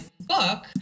book